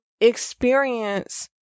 experience